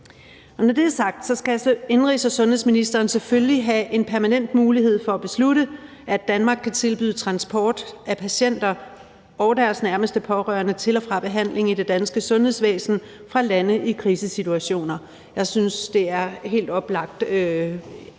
Når det er sagt, skal indenrigs- og sundhedsministeren selvfølgelig have en permanent mulighed for at beslutte, at Danmark kan tilbyde transport af patienter og deres nærmeste pårørende til og fra behandling i det danske sundhedsvæsen fra lande i krisesituationer. Jeg synes, det helt oplagt er det